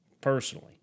personally